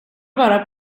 bara